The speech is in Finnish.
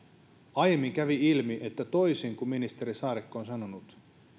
aiemmin kävi ilmi että toisin kuin ministeri saarikko on sanonut